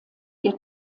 ihr